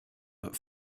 but